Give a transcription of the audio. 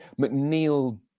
McNeil